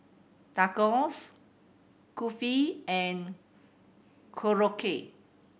Tacos Kulfi and Korokke